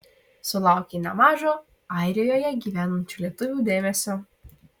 sulaukė nemažo airijoje gyvenančių lietuvių dėmesio